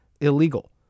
illegal